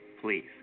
Please